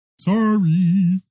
Sorry